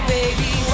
baby